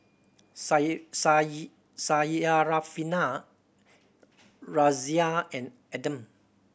Syarafina Raisya and Adam